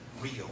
Real